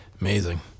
Amazing